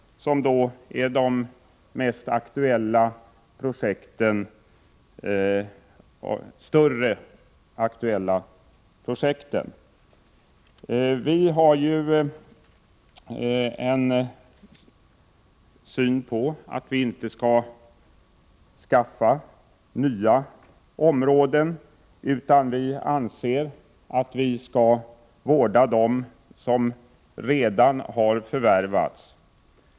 Detta är de större aktuella projekten. För vår del anser vi att man inte bör utvidga markinnehavet utan vårda det som redan har förvärvats.